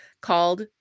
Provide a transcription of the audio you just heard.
called